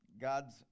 God's